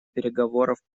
переговоров